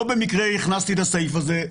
לא במקרה הכנסתי את הסעיף הזה,